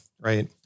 right